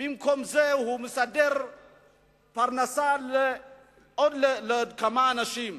במקום זה, הוא מסדר פרנסה לעוד כמה אנשים,